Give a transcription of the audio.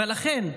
ולכן,